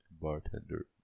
bartender